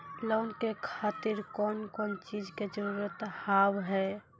Loan के खातिर कौन कौन चीज के जरूरत हाव है?